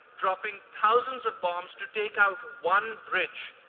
dropping thousands of bombs to take out one bridge.